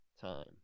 time